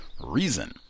reason